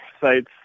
sites